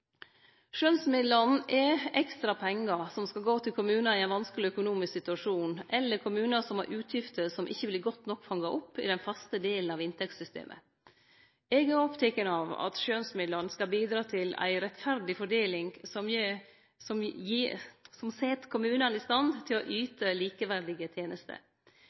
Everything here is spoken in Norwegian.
er ekstra pengar som skal gå til kommunar i ein vanskeleg økonomisk situasjon eller til kommunar som har utgifter som ikkje vert godt nok fanga opp i den faste delen av inntektssystemet. Eg er oppteken av at skjønsmidlane skal bidra til ei rettferdig fordeling som set kommunane i stand til å yte likeverdige tenester.